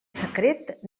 secret